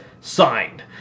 signed